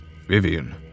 vivian